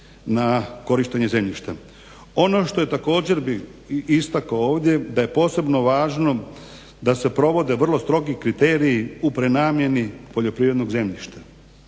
na korištenje zemljišta. Ono što također bih istakao ovdje da je posebno važno da se provode vrlo strogi kriteriji u prenamjeni poljoprivrednog zemljišta.